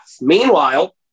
Meanwhile